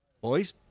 Boys